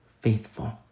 faithful